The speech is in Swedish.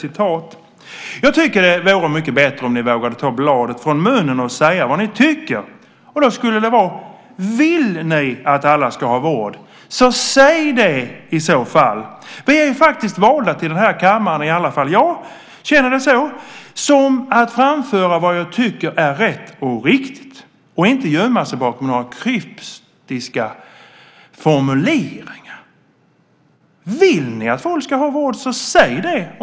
Jag tycker att det vore mycket bättre om ni vågade ta bladet från munnen och säga vad ni tycker. Vill ni att alla ska ha vård, så säg det i så fall! Vi är faktiskt valda till den här kammaren, i alla fall känner jag det så, för att framföra vad vi tycker är rätt och riktigt och inte gömma oss bakom några kryptiska formuleringar. Vill ni att folk ska ha vård, så säg det!